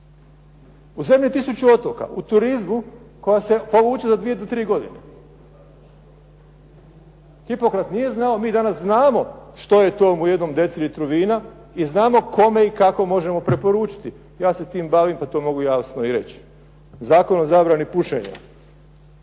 u zemlji „tisuću otoka“, u turizmu koja se povuče za dvije, do tri godine. Hipokrat nije znao a mi danas znamo što je to u decilitru vina i znamo kome i kako možemo preporučiti. Ja se time bavim pa to mogu i reći. Zakon o zabrani pušenja